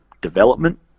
development